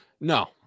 No